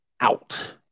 out